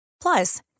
Plus